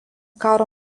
karo